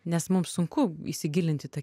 nes mums sunku įsigilint į tą